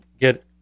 get